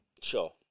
Sure